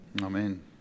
Amen